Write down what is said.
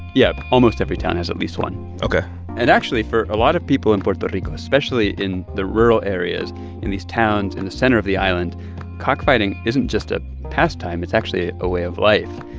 yeah. almost every town has at least one ok and actually, for a lot of people in puerto rico especially in the rural areas in these towns in the center of the island cockfighting isn't just a pastime it's actually a way of life,